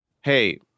hey